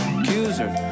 Accuser